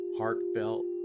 heartfelt